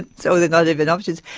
and so they're not even options!